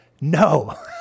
no